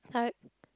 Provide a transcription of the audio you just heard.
like